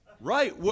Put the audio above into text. right